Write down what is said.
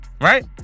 Right